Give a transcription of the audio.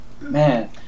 Man